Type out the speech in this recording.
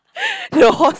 the host